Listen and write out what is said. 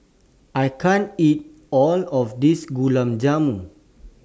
I can't eat All of This Gulab Jamun